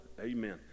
amen